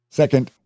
second